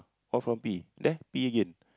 all for P_D_P_A again